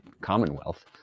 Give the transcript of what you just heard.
Commonwealth